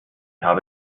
habe